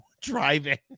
driving